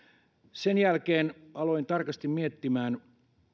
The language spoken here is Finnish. sen jälkeen aloin tarkasti miettimään